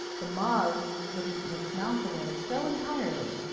the moths had eaten its mouth away so entirely,